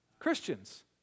Christians